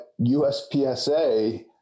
USPSA